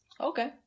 Okay